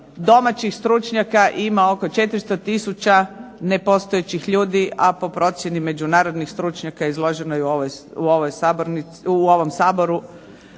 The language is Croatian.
domaćih stručnjaka ima 400 tisuća nepostojećih ljudi, a po procjeni međunarodnih stručnjaka izloženih u ovom Saboru